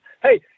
Hey